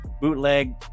bootleg